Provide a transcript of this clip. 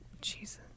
Jesus